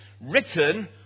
written